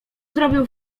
zrobił